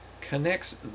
connects